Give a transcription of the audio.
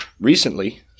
recently